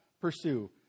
pursue